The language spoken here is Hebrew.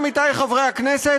עמיתי חברי הכנסת,